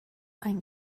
ein